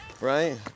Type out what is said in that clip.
right